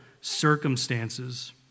circumstances